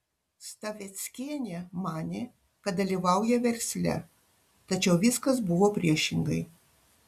stafeckienė manė kad dalyvauja versle tačiau viskas buvo priešingai